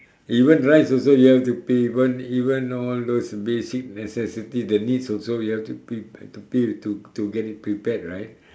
even rice also you have to pay even even all those basic necessities the needs also you have to pre~ to pre~ to to get it prepared right